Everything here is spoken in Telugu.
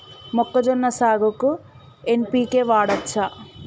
మొక్కజొన్న సాగుకు ఎన్.పి.కే వాడచ్చా?